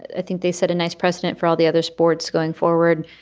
i think they set a nice precedent for all the other sports going forward.